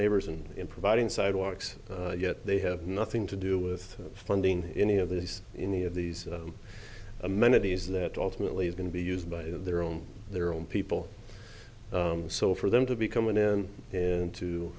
neighbors and in providing sidewalks yet they have nothing to do with funding any of these in the of these amenities that ultimately is going to be used by their own their own people so for them to be coming in and to